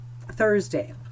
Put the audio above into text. Thursday